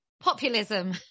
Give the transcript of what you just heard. populism